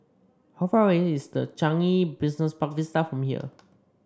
how far away is the Changi Business Park Vista from here